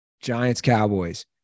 Giants-Cowboys